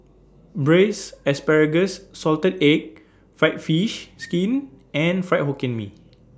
Braised Asparagus Salted Egg Fried Fish Skin and Fried Hokkien Mee